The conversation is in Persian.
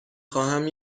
خواهم